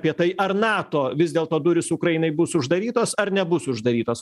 apie tai ar nato vis dėlto durys ukrainai bus uždarytos ar nebus uždarytos